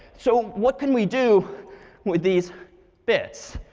so what can we do with these bits?